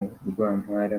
rwampara